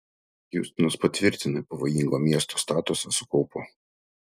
hjustonas patvirtina pavojingo miesto statusą su kaupu